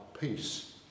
peace